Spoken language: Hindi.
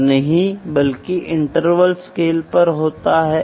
यह एक उपकरण है जो दिखाता है सही है